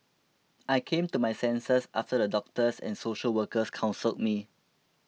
I came to my senses after the doctors and social workers counselled me